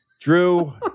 drew